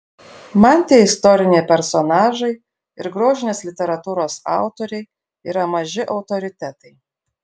man tie istoriniai personažai ir grožinės literatūros autoriai yra maži autoritetai